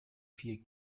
vier